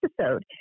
episode